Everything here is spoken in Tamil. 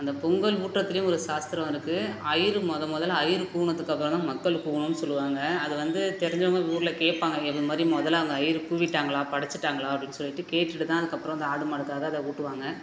அந்த பொங்கல் ஊட்டுறதுலயும் ஒரு சாஸ்த்திரம் இருக்குது ஐயரு மொதல் மொதலில் ஐயரு கூவினதுக்கப்புறம் தான் மக்கள் கூவணுனு சொல்லுவாங்க அது வந்து தெரிஞ்சவங்க ஊரில் கேட்பாங்க இது மாதிரி மொதலில் அங்கே ஐயரு கூவிட்டாங்களா படைச்சுட்டாங்களா அப்படினு சொல்லிவிட்டு கேட்டுவிட்டு தான் அதுக்கப்புறம் அந்த ஆடு மாடுக்காக அதை ஊட்டுவாங்க